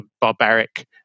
barbaric